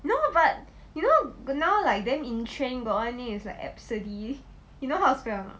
no but you know now like then in trend got one name is like abcde you know how to spell or not